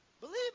Believe